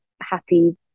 happy